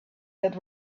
that